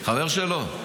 חבר שלו?